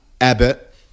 Abbott